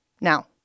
Now